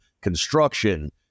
construction